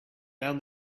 down